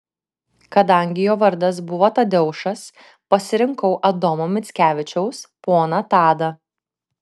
kadangi jo vardas buvo tadeušas pasirinkau adomo mickevičiaus poną tadą